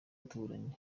duturanye